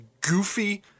goofy